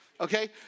okay